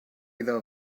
either